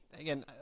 again